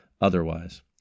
otherwise